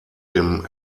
dem